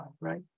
right